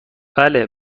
بله